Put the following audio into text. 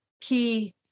key